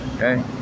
Okay